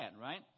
right